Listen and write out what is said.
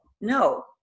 no